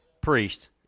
priest